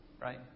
right